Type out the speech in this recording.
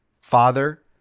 Father